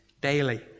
daily